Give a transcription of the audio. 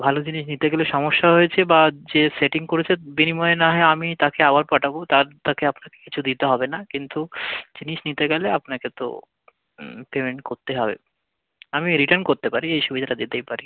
ভালো জিনিস নিতে গেলে সমস্যা হয়েছে বা যে সেটিং করেছে বিনিময়ে না হয় আমি তাকে আবার পাঠাবো তার তাকে আপনাকে কিছু দিতে হবে না কিন্তু জিনিস নিতে গেলে আপনাকে তো পেমেন্ট করতে হবে আমি রিটার্ন করতে পারি এই সুবিধাটা দিতেই পারি